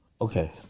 Okay